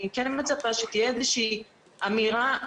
אני כן מצפה שתהיה איזושהי אמירה מהוועדה,